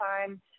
time